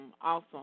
awesome